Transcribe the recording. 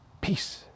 Peace